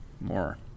more